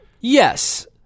Yes